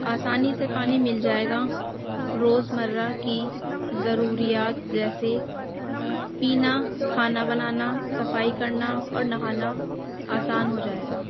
آسانی سے پانی مل جائے گا روز مرہ کی ضروریات جیسے پینا کھانا بنانا صفائی کرنا اور نہانا آسان ہو جائے گا